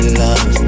love